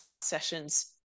sessions